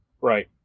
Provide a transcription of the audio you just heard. Right